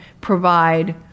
provide